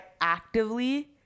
actively